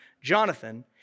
Jonathan